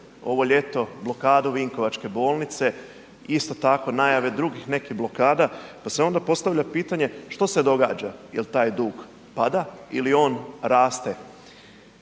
ovo ljeto blokadu Vinkovačke bolnice, isto tako najave drugih nekih blokada, pa se onda postavlja pitanje što se događa, jel taj dug pada ili on raste?